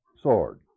sword